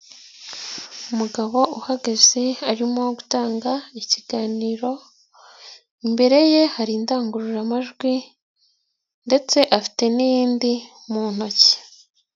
Umugabo uhagaze arimo gutanga ikiganiro, imbere ye hari indangururamajwi, ndetse afite n'iyindi mu ntoki.